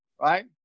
right